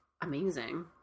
amazing